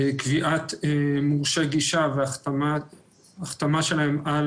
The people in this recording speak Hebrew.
קביעת מורשי גישה והחתמה שלהם על